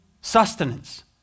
Sustenance